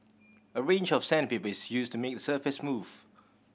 a range of sandpaper is used to make the surface smooth